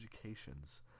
educations